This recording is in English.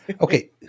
Okay